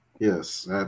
Yes